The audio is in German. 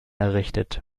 errichtet